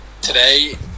Today